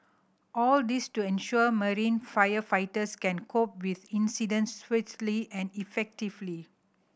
all this to ensure marine firefighters can cope with incidents swiftly and effectively